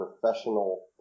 professional